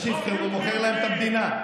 בטח שיבחרו, מוכר להם את המדינה.